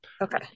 okay